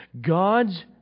God's